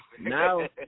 Now